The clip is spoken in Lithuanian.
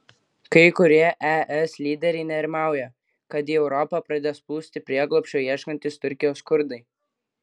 kai kurie es lyderiai nerimauja kad į europą pradės plūsti prieglobsčio ieškantys turkijos kurdai